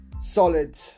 Solid